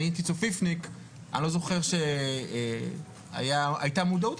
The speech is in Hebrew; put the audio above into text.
אני הייתי "צופיפניק" ואני לא זוכר שהייתה מודעות,